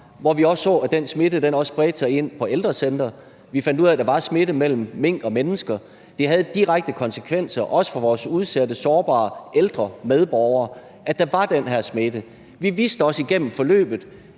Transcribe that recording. hvor vi så, at den smitte også bredte sig til ældrecentre. Vi fandt ud af, at der var smitte mellem mink og mennesker, og at det havde direkte konsekvenser også for vores udsatte, sårbare ældre medborgere, at der var den her smitte. Vi vidste også igennem forløbet,